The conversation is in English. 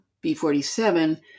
B-47